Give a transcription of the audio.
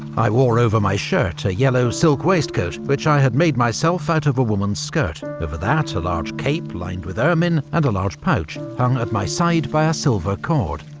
i wore over my shirt a yellow silk waistcoat, which i had made myself out of a woman's skirt over that a large cape lined with ermine, and a large pouch hung at my side by a silver cord.